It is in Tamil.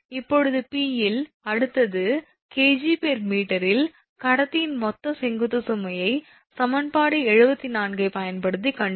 இப்போது b இல் அடுத்தது 𝐾𝑔𝑚 இல் கடத்தியின் மொத்த செங்குத்து சுமையை சமன்பாடு 74 ஐப் பயன்படுத்தி கண்டறியவும்